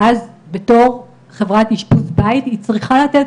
ואז בתור חברת אשפוז בית היא צריכה לתת